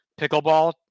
pickleball